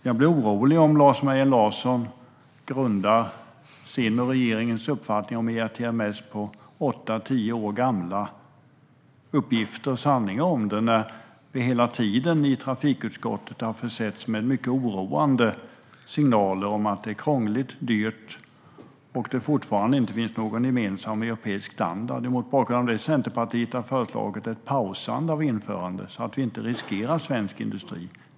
Jag blir orolig om Lars Mejern Larsson grundar sin och regeringens uppfattning om ERTMS på åtta till tio år gamla uppgifter och sanningar om systemet när vi hela tiden i trafikutskottet har försetts med mycket oroande signaler om att det är krångligt och dyrt samt att det fortfarande inte finns någon gemensam europeisk standard. Det är mot bakgrund av det som Centerpartiet har föreslagit ett pausande av införandet, så att vi inte riskerar svensk industri.